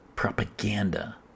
Propaganda